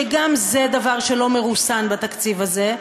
שגם זה דבר שלא מרוסן בתקציב הזה.